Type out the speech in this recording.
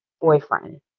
boyfriend